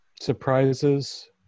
surprises